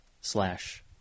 slash